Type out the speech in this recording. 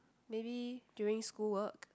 maybe during school work